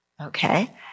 Okay